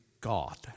God